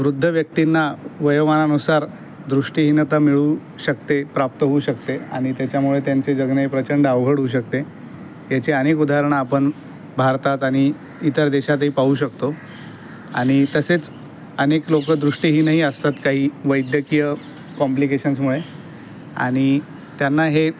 वृद्ध व्यक्तींना वयोमानानुसार दृष्टीहीनता मिळू शकते प्राप्त होऊ शकते आणि त्याच्यामुळे त्यांचे जगणे प्रचंड अवघड होऊ शकते याची अनेक उदाहरणं आपण भारतात आणि इतर देशातही पाहू शकतो आणि तसेच अनेक लोकं दृष्टीहीनही असतात काही वैद्यकीय कॉम्पलिकेशन्समुळे आणि त्यांना हे